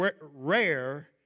rare